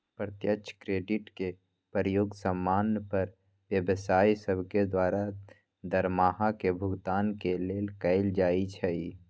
प्रत्यक्ष क्रेडिट के प्रयोग समान्य पर व्यवसाय सभके द्वारा दरमाहा के भुगतान के लेल कएल जाइ छइ